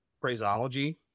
phraseology